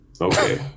Okay